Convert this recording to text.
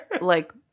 Like-